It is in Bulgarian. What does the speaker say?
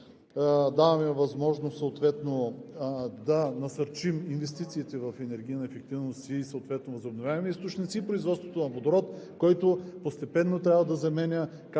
Даваме възможност да насърчим инвестициите в енергийната ефективност и възобновяемите източници, и производството на водород, който постепенно трябва да заменя